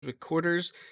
Recorders